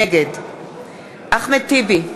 נגד אחמד טיבי,